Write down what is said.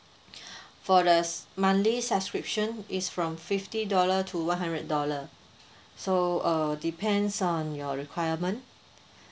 for the s~ monthly subscription it's from fifty dollar to one hundred dollar so uh depends on your requirement